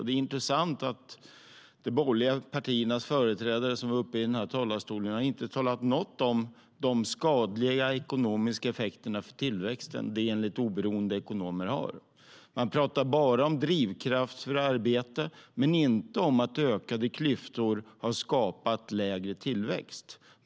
Det är intressant att de borgerliga partiernas företrädare som varit uppe i talarstolen inte har talat något om de skadliga ekonomiska effekterna för tillväxten det enligt oberoende ekonomer har. Man talar bara om drivkraft för arbete men inte om att ökade klyftor har skapat lägre tillväxt.